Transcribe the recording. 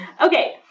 Okay